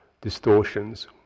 distortions